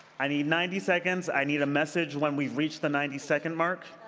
i need ninety seconds. i need a message when we've reached the ninety second mark.